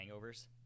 hangovers